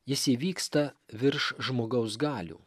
jis įvyksta virš žmogaus galių